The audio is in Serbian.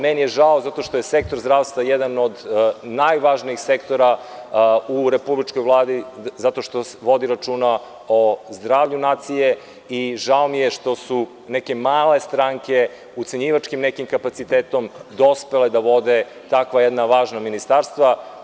Meni je žao zato što je sektor zdravstva jedan od najvažnijih sektora u republičkoj Vladi zato što vodi računa o zdravlju nacije i žao mi je što su neke male stranke, ucenjivačkim nekim kapacitetom dospele da vode takva jedna važna ministarstva.